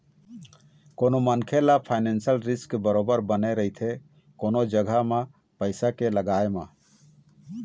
कोनो मनखे ल फानेसियल रिस्क बरोबर बने रहिथे कोनो जघा म पइसा के लगाय म